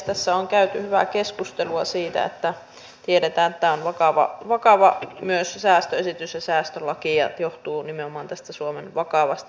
tässä on käyty hyvää keskustelua siitä että tiedetään että tämä on myös vakava säästöesitys ja säästölaki ja johtuu nimenomaan tästä suomen vakavasta taloustilanteesta